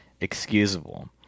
excusable